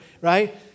right